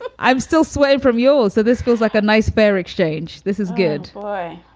but i'm still sweating from yours so this feels like a nice fair exchange. this is good boy.